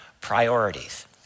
priorities